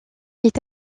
est